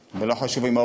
ולא חשוב איפה הוא נולד,